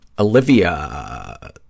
Olivia